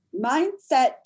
mindset